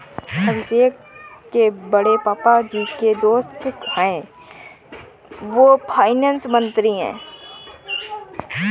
अभिषेक के बड़े पापा जी के जो दोस्त है वो फाइनेंस मंत्री है